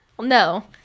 no